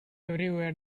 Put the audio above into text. everywhere